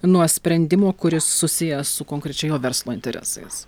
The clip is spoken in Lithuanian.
nuo sprendimo kuris susijęs su konkrečiais verslo interesais